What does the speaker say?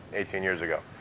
eighteen years ago.